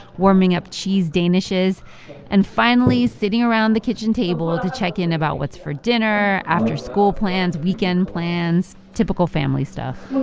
warming up cheese danishes and finally, sitting around the kitchen table to check in about what's for dinner, after school plans, weekend plans typical family stuff